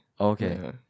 Okay